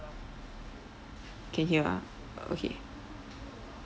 can hear ah uh okay